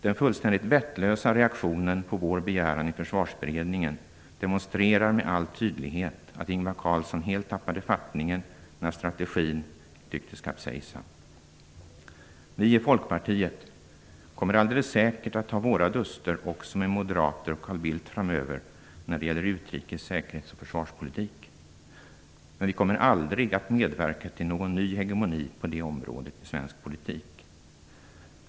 Den fullständigt vettlösa reaktionen på vår begäran i Försvarsberedningen demonstrerade med all tydlighet att Ingvar Carlsson helt tappade fattningen, när strategin tycktes kapsejsa. Vi i Folkpartiet kommer alldeles säkert också att ha våra duster med moderater och Carl Bildt framöver om utrikes-, säkerhets och försvarspolitiken. Men vi kommer aldrig att medverka till någon ny hegemoni på det området i svensk politik.